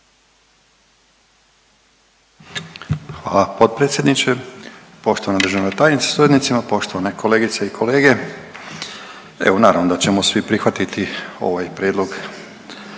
Hvala potpredsjedniče. Poštovana državna tajnice sa suradnicima, poštovane kolegice i kolege, evo naravno da ćemo svi prihvatiti ovaj prijedlog